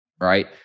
right